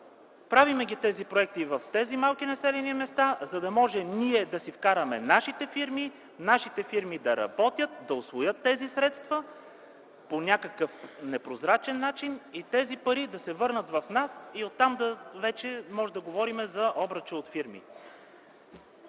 „Правим тези проекти в тези малки населени места, за да можем ние да си вкараме нашите фирми, нашите фирми да работят, да усвоят тези средства по някакъв непрозрачен начин и тези пари да се върнат в нас и оттам вече можем да говорим за обръчи от фирми.”